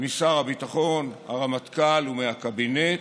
משר הביטחון, מהרמטכ"ל ומהקבינט,